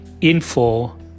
info